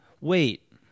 wait